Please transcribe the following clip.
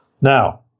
Now